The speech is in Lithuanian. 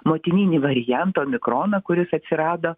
motininį variantą omikroną kuris atsirado